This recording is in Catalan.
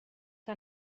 que